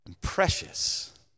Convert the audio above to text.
precious